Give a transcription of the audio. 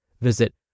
Visit